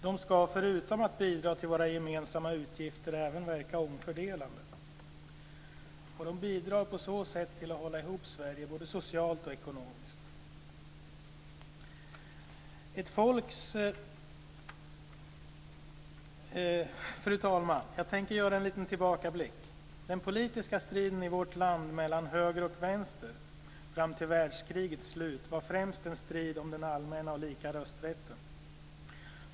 De ska, förutom att bidra till våra gemensamma utgifter, även verka omfördelande. De bidrar på så sätt till att hålla ihop Sverige både socialt och ekonomiskt. Fru talman! Jag tänker göra en liten tillbakablick. Den politiska striden i vårt land mellan höger och vänster var fram till världskrigets slut främst en strid om den allmänna och lika rösträtten.